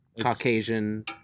Caucasian